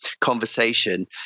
conversation